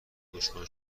دشمن